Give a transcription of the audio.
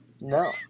No